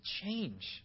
change